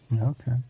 Okay